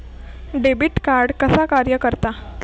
Debit card कसा कार्य करता?